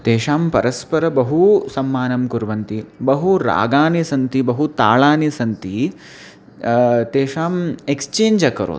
तेषां परस्परं बहु सम्मानं कुर्वन्ति बहवः रागाः सन्ति बहवः तालाः सन्ति तेषाम् एक्स्चेञ्ज् अकरोत्